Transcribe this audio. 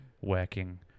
working